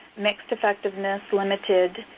mixed effectiveness, limited,